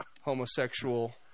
homosexual